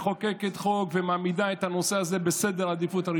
מחוקקת חוק ומעמידה את הנושא הזה ראשון בסדר העדיפויות.